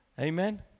amen